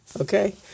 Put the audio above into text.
Okay